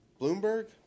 Bloomberg